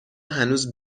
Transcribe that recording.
هنوز